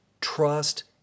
trust